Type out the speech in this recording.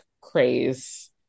craze